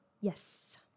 Yes